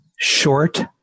short